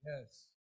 yes